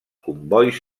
combois